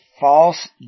false